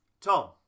Tom